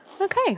Okay